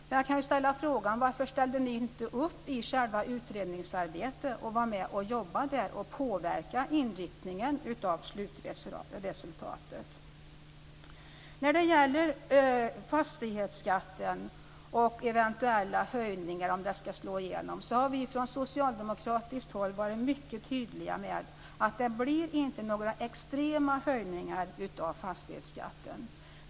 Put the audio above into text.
Men jag kan ställa frågan: Varför ställde ni inte upp i själva utredningsarbetet och var med och jobbade för att påverka inriktningen av slutresultatet? När det gäller fastighetsskatten och om eventuella höjningar ska slå igenom, har vi från socialdemokratiskt håll varit mycket tydliga med att det inte blir några extrema höjningar av fastighetsskatten.